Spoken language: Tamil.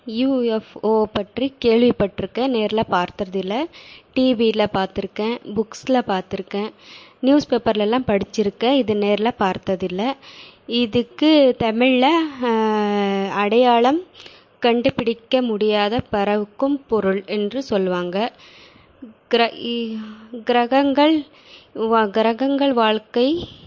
யுஎஃப்ஓ பற்றி கேள்விபட்டிருக்கேன் நேர்ல பார்த்ததில்லை டிவியில பார்த்துருக்கேன் புக்ஸ்ல பார்த்துருக்கேன் நியூஸ் பேப்பர்லலாம் படிச்சிருக்கேன் இது நேர்ல பார்த்ததில்லை இதுக்கு தமிழ்ல அடையாளம் கண்டுபிடிக்க முடியாத பரவுக்கும் பொருள் என்று சொல்லுவாங்கள் க்ரை கிரகங்கள் கிரகங்கள் வாழ்க்கை